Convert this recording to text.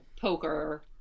poker